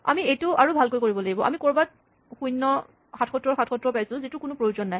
আমি এইটো আৰু ভালকৈ কৰিব লাগিব আমি ক'ৰবাত o ৭৭ ৭৭ পাইছোঁ যিটোৰ কোনো প্ৰয়োজন নাই